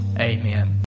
Amen